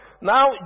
Now